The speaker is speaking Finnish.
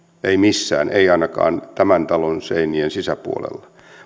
ei missään ei ainakaan tämän talon seinien sisäpuolella